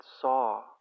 saw